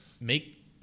make